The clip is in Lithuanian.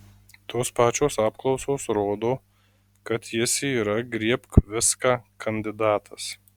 tos pačios apklausos rodo kad jis yra griebk viską kandidatas